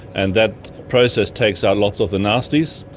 and that process takes out lots of the nasties,